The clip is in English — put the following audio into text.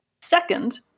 second